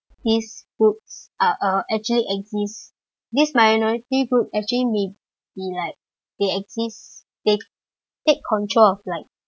this groups are are actually exists this minority group actually may be like they exists they take control of like